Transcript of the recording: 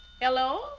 Hello